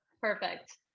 perfect